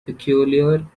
peculiar